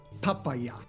Papaya